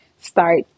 start